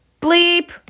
bleep